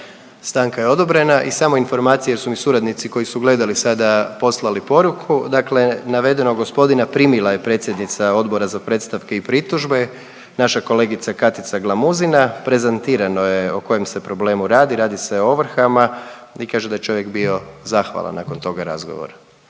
Stanka je odobrena. I samo informacije jer su mi suradnici koji su gledali sada poslali poruku, dakle navedenog gospodina primila je predsjednica Odbora za predstavke i pritužbe naša kolegica Katica Glamuzina, prezentirano je o kojem se problemu radi, radi se o ovrhama i kaže da je čovjek bio zahvalan nakon toga razgovora.